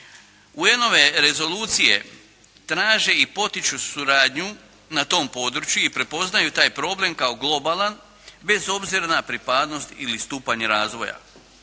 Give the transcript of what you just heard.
UN-ove rezolucije traže i potiču suradnju na tom području i prepoznaju taj problem kao globalan, bez obzira na pripadnost ili stupanj razvoja.